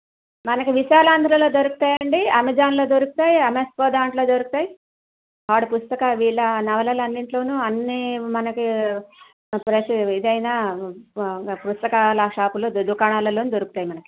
మనకి విశాలాంధ్రలో దొరుకుతాయండి ఆమెజాన్లో దొరుకుతాయి ఎంఎస్ఓ దాంట్లో దొరుకుతాయి ఆవిడ పుస్తక వీళ్ళ నవలలన్నిటిలోనూ అన్నీ మనకి ఇదైన పుస్తకాల షాపుల్లో దుకాణాలల్లో దొరుకుతాయి మనకి